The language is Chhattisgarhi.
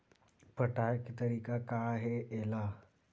पटाय के तरीका का हे एला?